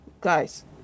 guys